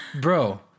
bro